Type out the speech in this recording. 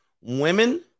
women